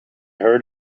heard